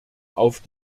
auf